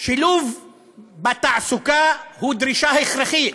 שילוב בתעסוקה הוא דרישה הכרחית.